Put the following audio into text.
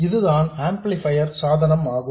இதுதான் ஆம்ப்ளிபையர் சாதனம் ஆகும்